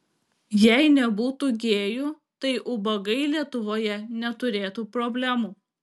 jei nebūtų gėjų tai ubagai lietuvoje neturėtų problemų